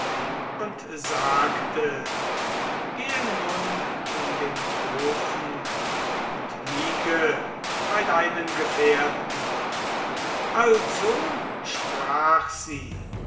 und sagte gehe nun in den kofen und liege bei deinen gefährten also sprach sie